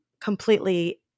completely